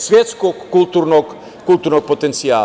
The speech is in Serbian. svetskog kulturnog potencijala.